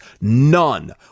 None